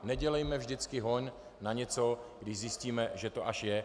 Nedělejme vždycky hon na něco, až když zjistíme, že to je.